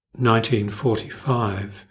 1945